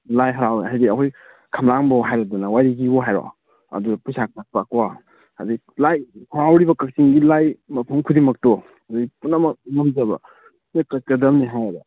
ꯂꯥꯏ ꯍꯔꯥꯎꯕ ꯍꯥꯏꯗꯤ ꯑꯩꯈꯣꯏ ꯈꯝꯂꯥꯡꯕ ꯍꯥꯏꯔꯦꯗꯅ ꯋꯥꯔꯤꯒꯤꯕꯨ ꯍꯥꯏꯔꯣ ꯑꯗꯨꯗ ꯄꯩꯁꯥ ꯀꯠꯄꯀꯣ ꯍꯥꯏꯗꯤ ꯂꯥꯏ ꯍꯔꯥꯎꯔꯤꯕ ꯀꯛꯆꯤꯡꯒꯤ ꯂꯥꯏ ꯃꯐꯝ ꯈꯨꯗꯤꯡꯃꯛꯇꯣ ꯑꯗꯨ ꯄꯨꯝꯅꯃꯛ ꯉꯝꯖꯕ ꯂꯣꯏ ꯀꯠꯀꯗꯕꯅꯤ ꯍꯥꯏꯌꯦꯕ